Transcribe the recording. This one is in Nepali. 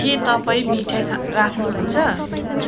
के तपाईँ मिठाई राख्नुहुन्छ